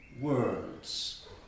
words